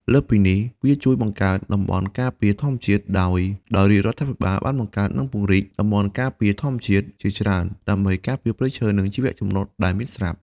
លើសពីនេះ វាជួយបង្កើតតំបន់ការពារធម្មជាតិ ដោយ រាជរដ្ឋាភិបាលបានបង្កើត និងពង្រីកតំបន់ការពារធម្មជាតិជាច្រើន ដើម្បីការពារព្រៃឈើ និងជីវៈចម្រុះដែលមានស្រាប់។